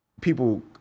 people